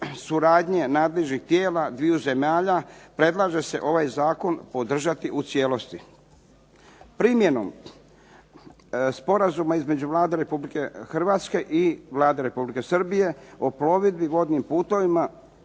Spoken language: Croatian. suradnje nadležnih tijela dviju zemalja predlaže se ovaj Zakon podržati u cijelosti. Primjenom Sporazuma između Vlade Republike Hrvatske i Vlade Republike Srbije o plovidbi vodnim putovima